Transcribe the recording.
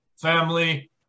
family